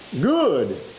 good